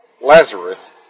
Lazarus